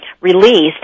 released